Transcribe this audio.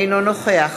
אינו נוכח